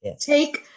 Take